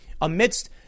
Amidst